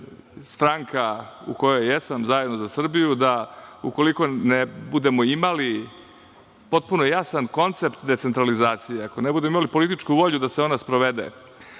stranka u kojoj jesam, Zajedno za Srbiju, da ukoliko ne budemo imali potpuno jasan koncept decentralizacije, ako ne budemo imali političku volju da se ona sprovode,